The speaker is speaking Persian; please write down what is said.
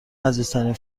عزیزترین